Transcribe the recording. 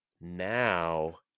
now